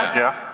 yeah.